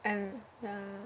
and ya